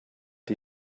die